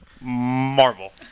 Marvel